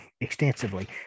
extensively